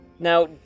Now